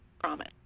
promise